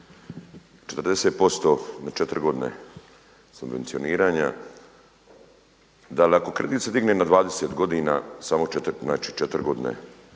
40% na 4 godine subvencioniranja, da ali ako kredit se digne na 20 godina, znači 4 godine